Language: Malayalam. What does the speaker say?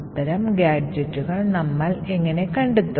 അത്തരം ഗാഡ്ജെറ്റുകൾ നമ്മൾ എങ്ങനെ കണ്ടെത്തും